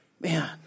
Man